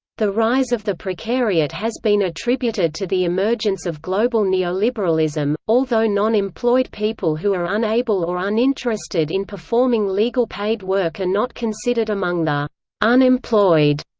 the rise of the precariat has been attributed to the emergence of global neoliberalism although non-employed people who are unable or uninterested in performing legal paid work are not considered among the unemployed,